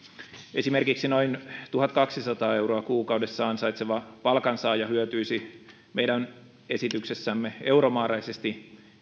esimerkiksi noin tuhatkaksisataa euroa kuukaudessa ansaitseva palkansaaja hyötyisi meidän esityksessämme euromääräisesti